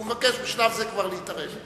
הוא מבקש בשלב זה כבר להתערב.